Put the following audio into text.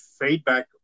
feedback